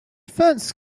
first